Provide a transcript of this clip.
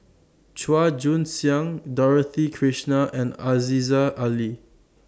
Chua Joon Siang Dorothy Krishnan and Aziza Ali